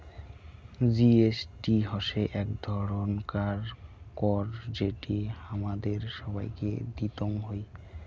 GST হসে এক ধরণকার কর যেটি হামাদের সবাইকে দিতং হই